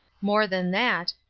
more than that,